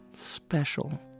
special